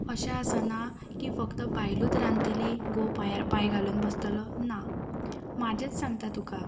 अशें आसना की फक्त बायलूत रांदतली घोव पांयार पांय घालून बसतलो ना म्हाजेंच सांगता तुका